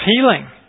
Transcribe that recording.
healing